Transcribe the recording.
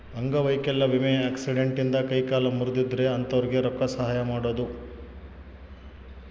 ಅಂಗವೈಕಲ್ಯ ವಿಮೆ ಆಕ್ಸಿಡೆಂಟ್ ಇಂದ ಕೈ ಕಾಲು ಮುರ್ದಿದ್ರೆ ಅಂತೊರ್ಗೆ ರೊಕ್ಕ ಸಹಾಯ ಮಾಡೋದು